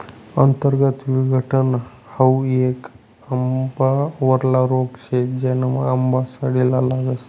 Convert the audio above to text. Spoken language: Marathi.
अंतर्गत विघटन हाउ येक आंबावरला रोग शे, ज्यानामा आंबा सडाले लागस